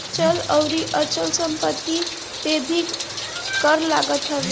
चल अउरी अचल संपत्ति पे भी कर लागत हवे